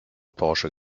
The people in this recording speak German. porsche